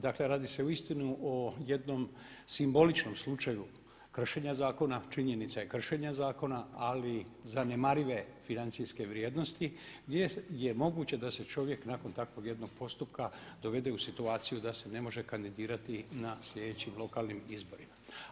Dakle, radi se uistinu o jednom simboličnom slučaju kršenja zakona, činjenica je kršenja zakona ali zanemarive financijske vrijednosti gdje je moguće da se čovjek nakon takvog jednog postupka dovede u situaciju da se ne može kandidirati na sljedećim lokalnim izborima.